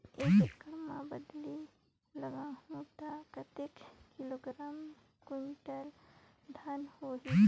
एक एकड़ मां बदले लगाहु ता कतेक किलोग्राम कुंटल धान होही?